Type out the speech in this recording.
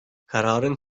kararın